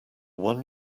one